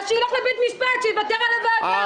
אז שילך לבית המשפט ויוותר על הוועדה,